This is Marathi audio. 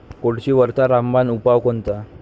कोळशीवरचा रामबान उपाव कोनचा?